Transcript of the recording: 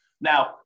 Now